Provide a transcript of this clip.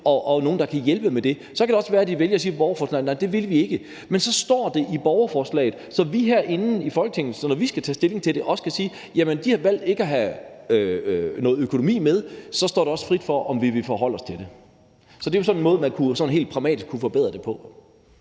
rådighed, som kan hjælpe med det. Så kan det være, at dem bag borgerforslaget vælger at sige: Nej, det vil vi ikke. Men så står det i borgerforslaget, så vi herinde i Folketinget, når vi skal tage stilling til det, kan sige: Jamen de har valgt ikke at have økonomi med, og så står det os frit for, om vi vil forholde os til det. Så det er jo en måde, man sådan helt pragmatisk kunne forbedre det på.